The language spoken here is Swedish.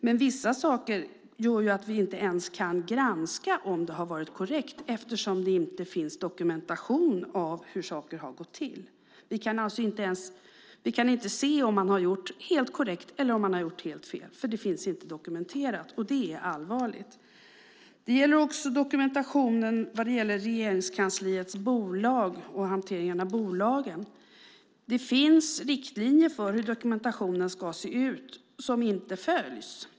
Men i vissa fall kan vi inte ens granska om det har varit korrekt eftersom det inte finns dokumentation av hur det har gått till. Vi kan alltså inte se om man har gjort helt korrekt eller om man har gjort helt fel, för det finns inte dokumenterat, och det är allvarligt. Det gäller också dokumentationen vad gäller Regeringskansliets bolag och hanteringen av bolagen. Det finns riktlinjer för hur dokumentationen ska se ut som inte följs.